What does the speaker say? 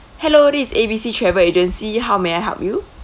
hello this is A B C travel agency how may I help you